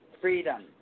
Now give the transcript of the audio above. freedom